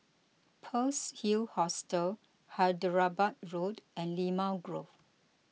Pearl's Hill Hostel Hyderabad Road and Limau Grove